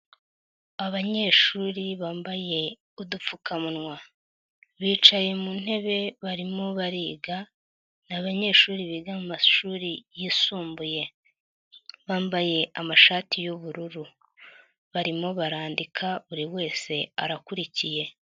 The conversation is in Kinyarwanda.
Abanyeshuri bambaye udupfukamunwa, bicaye mu ntebe barimo bariga ni abanyeshuri biga mu mashuri yisumbuye, bambaye amashati y'ubururu, barimo barandika buri wese arakurikiye.